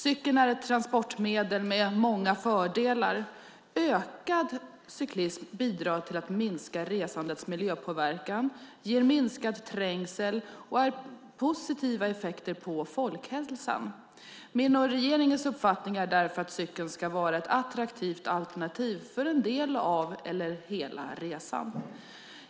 Cykeln är ett transportmedel med många fördelar. Ökad cyklism bidrar till att minska resandets miljöpåverkan, ger minskad trängsel och har positiva effekter på folkhälsan. Min och regeringens uppfattning är därför att cykeln ska vara ett attraktivt alternativ för en del av eller hela resan.